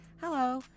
hello